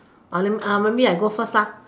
maybe I go first lah